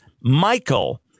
Michael